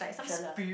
it's thriller